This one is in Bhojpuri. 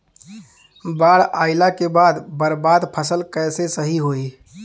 बाढ़ आइला के बाद बर्बाद फसल कैसे सही होयी?